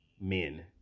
men